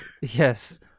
Yes